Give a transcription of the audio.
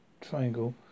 Triangle